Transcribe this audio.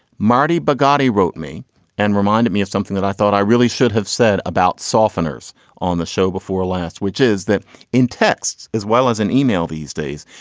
marty bugatti wrote me and reminded me of something that i thought i really should have said about softeners on the show before last, which is that in texts as well as an email these days,